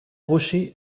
rocher